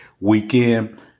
weekend